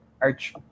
arch